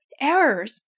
errors